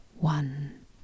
one